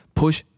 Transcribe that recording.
push